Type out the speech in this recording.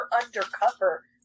undercover